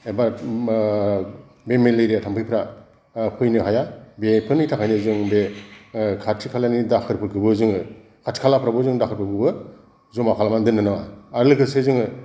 एबा बे मेलेरिया थाम्फैफोरा फैनो हाया बेफोरनि थाखायनो जों बे खाथि खालानि दाखोरफोरखौबो जोङो खाथि खालाफोरावबो जों दाखोरफोरखौबो जमा खालामनानै दोननो नाङा आरो लोगोसे जोङो